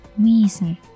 Reason